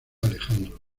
alejandro